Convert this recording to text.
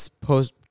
post